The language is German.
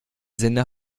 sinne